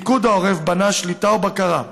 פיקוד העורף בנה שליטה ובקרה,